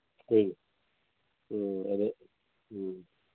ꯍꯣꯏ ꯑꯣ ꯑꯗ ꯎꯝ